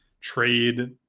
trade